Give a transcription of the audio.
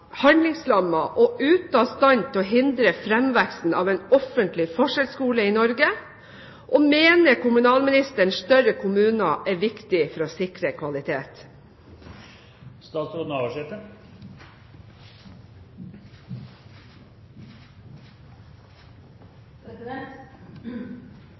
handlingslammet og ute av stand til å hindre framveksten av en offentlig forskjellsskole i Norge, og mener kommunalministeren at større kommuner er viktig for å sikre kvalitet?